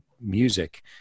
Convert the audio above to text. music